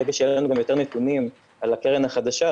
ברגע שיהיו לנו יותר נתונים על הקרן החדשה,